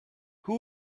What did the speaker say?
who